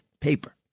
paper